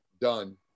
done